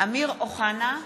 אמיר אוחנה,